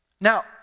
Now